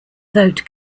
vote